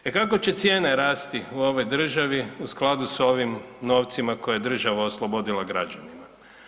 E kako će cijene rasti u ovoj državi u skladu s ovim novcima koje je država oslobodila građanima?